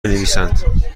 بنویسند